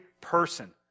person